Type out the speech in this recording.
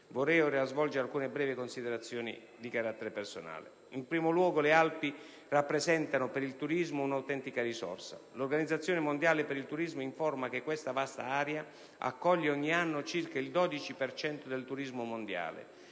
Vorrei ora svolgere alcune brevi considerazioni di carattere personale. In primo luogo, le Alpi rappresentano per il turismo un'autentica risorsa: l'Organizzazione mondiale per il turismo informa che questa vasta area accoglie ogni anno circa il 12 per cento del turismo mondiale.